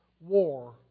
War